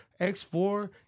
X4